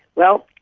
well,